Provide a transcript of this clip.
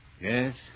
Yes